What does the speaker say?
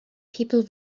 people